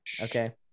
okay